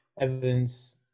evidence